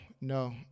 no